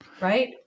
right